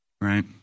Right